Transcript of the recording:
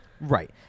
Right